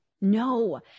No